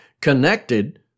connected